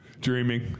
Dreaming